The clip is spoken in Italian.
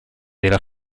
della